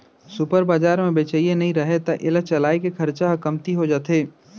super बजार म बेचइया नइ रहय त एला चलाए के खरचा ह कमती हो जाथे